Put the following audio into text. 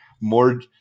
more –